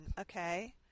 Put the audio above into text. Okay